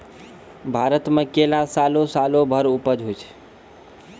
भारत मे केला सालो सालो भर उपज होय छै